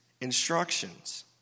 instructions